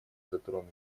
затронуть